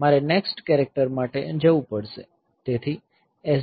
મારે next character માટે જવું પડશે તેથી